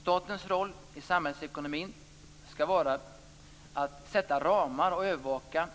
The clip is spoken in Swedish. Statens roll i samhällsekonomin skall vara att sätta ramar och övervaka